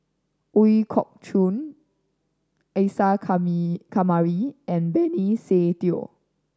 Ooi Kok Chuen Isa Kamari and Benny Se Teo